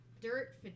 dirt